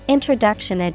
Introduction